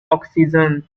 oxygen